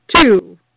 Two